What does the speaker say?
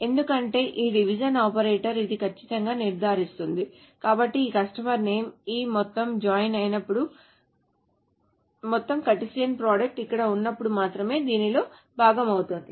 ఎందుకంటే ఈ division operator ఇది ఖచ్చితంగా నిర్ధారిస్తుంది కాబట్టి ఈ కస్టమర్ నేమ్ ఈ మొత్తం జాయిన్ అయినప్పుడు మొత్తం కార్టేసియన్ ప్రోడక్ట్ ఇక్కడ ఉన్నప్పుడు మాత్రమే దీనిలో భాగం అవుతుంది